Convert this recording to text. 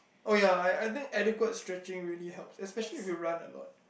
oh ya I I think adequate stretching really helps especially if you run a lot